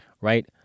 right